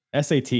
SAT